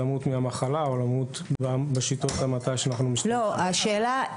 למות מהמחלה או למות בשיטות המתה שאנחנו משתמשים בהן.